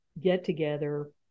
get-together